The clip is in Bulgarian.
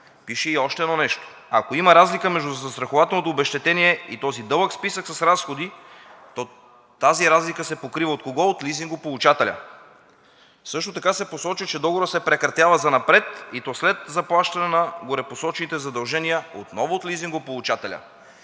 Пише и още едно нещо: ако има разлика между застрахователното обезщетение и този дълъг списък с разходи, то тази разлика се покрива от кого – от лизингополучателя. Също така се посочва, че договорът се прекратява занапред, и то след заплащане на горепосочените задължения отново от лизингополучателя.